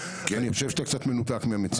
אני חושב שאתה קצת מנותק מהמציאות,